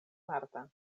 marta